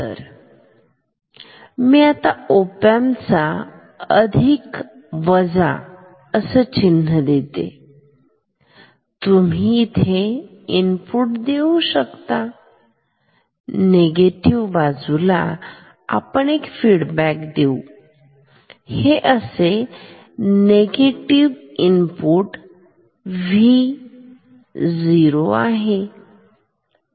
तर मी आता ओपॅम्प चा अधिक वजा चिन्ह काढते तुम्ही इथे इनपुट देऊ शकता निगेटिव बाजूला आपण एक फीडबॅक देऊ हे असे निगेटिव्ह इनपुट Vo आहे